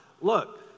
Look